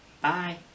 Bye